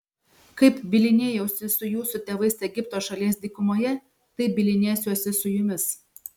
kaip bylinėjausi su jūsų tėvais egipto šalies dykumoje taip bylinėsiuosi su jumis